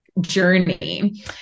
journey